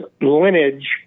lineage—